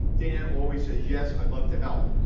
dan always says, yes, i'd love to help.